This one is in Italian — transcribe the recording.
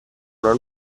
una